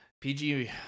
PG